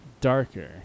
Darker